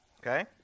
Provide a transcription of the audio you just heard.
Okay